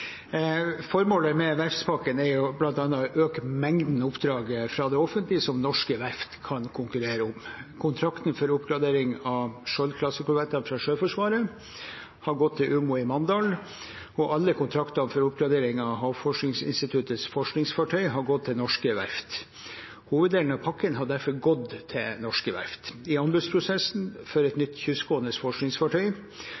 Formålet med verftspakken er bl.a. å øke mengden oppdrag fra det offentlige som norske verft kan konkurrere om. Kontrakten for oppgradering av Skjold-klasse-korvettene for Sjøforsvaret har gått til Umoe Mandal, og alle kontraktene for oppgradering av Havforskningsinstituttets forskningsfartøy har gått til norske verft. Hoveddelen av pakken har derfor gått til norske verft. I anbudsprosessen for et